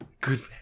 Good